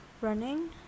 running